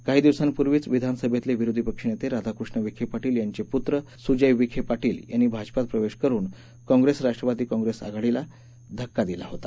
काही दिवसांपूर्वीच विधानसभेतले विरोधी पक्ष नेते राधाकृष्ण विखे पाटील यांचे पुत्र सुजय विखे पाटील यांनी भाजपात प्रवेश करुन काँग्रेस राष्ट्रवादी काँग्रेस आघाडीला धक्का दिला होता